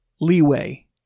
leeway